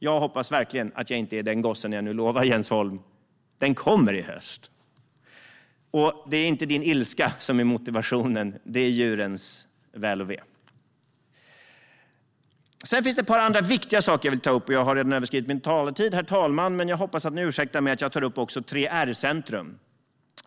Jag hoppas verkligen att jag inte är den gossen när jag nu lovar Jens Holm: Den kommer i höst. Men det är inte din ilska som är motivationen, utan det är djurens väl och ve. Det finns ett par andra viktiga saker som jag vill ta upp, även om jag redan har överskridit min talartid, herr talman. Jag hoppas att ni ursäktar. Jag vill ta upp 3R-center.